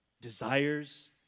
desires